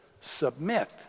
submit